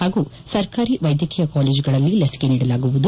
ಹಾಗೂ ಸರ್ಕಾರಿ ವೈದ್ಯಕೀಯ ಕಾಲೇಜುಗಳಲ್ಲಿ ಲಿಸಿಕೆ ನೀಡಲಾಗುವುದು